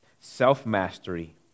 self-mastery